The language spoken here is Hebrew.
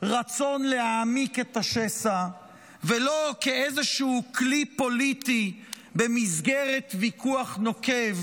רצון להעמיק את השסע ולא כאיזשהו כלי פוליטי במסגרת ויכוח נוקב,